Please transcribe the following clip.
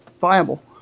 viable